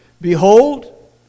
Behold